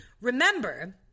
Remember